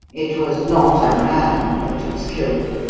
it was not a man that was killed,